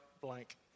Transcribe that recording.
blank